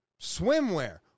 swimwear